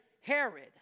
Herod